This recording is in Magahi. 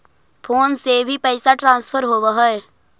फोन से भी पैसा ट्रांसफर होवहै?